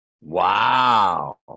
Wow